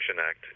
Act